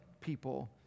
people